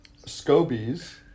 scobies